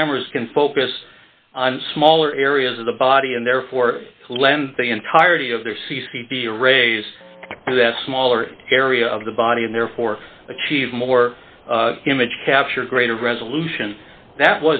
cameras can focus on smaller areas of the body and therefore len the entirety of their c c d arrays that smaller area of the body and therefore achieve more image capture greater resolution that